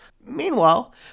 Meanwhile